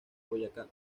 boyacá